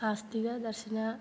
आस्तिकदर्शन